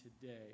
today